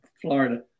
Florida